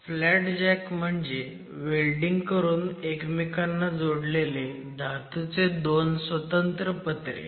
flat jack म्हणजे welding करून एकमेकांना जोडलेले धातूचे दोन स्वतंत्र पत्रे